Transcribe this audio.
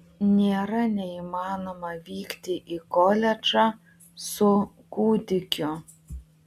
nėra neįmanoma vykti į koledžą su kūdikiu